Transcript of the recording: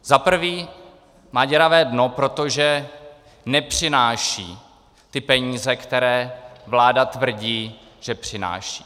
Za prvé má děravé dno, protože nepřináší ty peníze, které vláda tvrdí, že přináší.